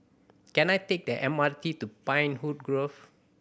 can I take the M R T to Pinewood Grove